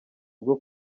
bwo